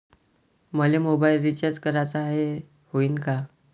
मले mobile recharge कराचा हाय, होईनं का?